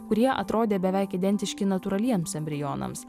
kurie atrodė beveik identiški natūraliems embrionams